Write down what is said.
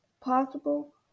possible